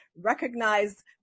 recognize